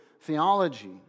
theology